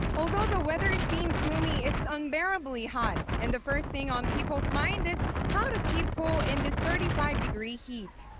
although the weather seems gloomy, it's unbearably hot. and the first thing on people's minds is how to keep cool in this thirty five degc heat.